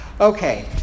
Okay